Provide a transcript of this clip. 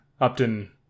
Upton